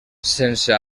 sense